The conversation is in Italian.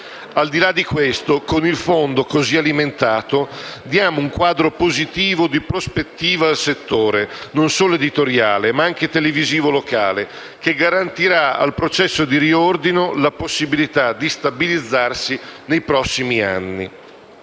Al di là di questo, con il Fondo così alimentato diamo un quadro positivo di prospettiva al settore non solo editoriale, ma anche televisivo locale, che garantirà al processo di riordino la possibilità di stabilizzarsi nei prossimi anni.